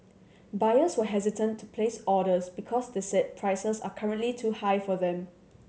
buyers were hesitant to place orders because they said prices are currently too high for them